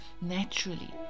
naturally